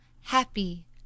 Happy